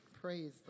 Praise